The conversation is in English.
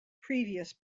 previous